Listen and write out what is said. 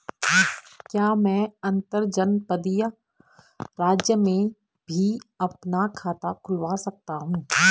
क्या मैं अंतर्जनपदीय राज्य में भी अपना खाता खुलवा सकता हूँ?